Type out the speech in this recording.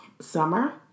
summer